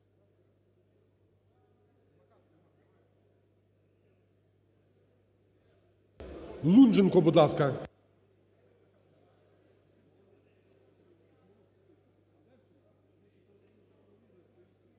Лунченко, будь ласка.